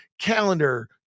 calendar